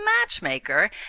matchmaker